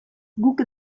guk